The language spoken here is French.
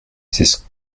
c’est